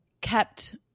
kept